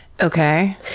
Okay